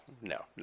no